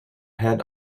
head